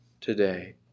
today